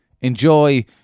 Enjoy